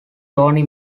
tony